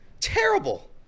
Terrible